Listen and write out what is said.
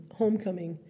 homecoming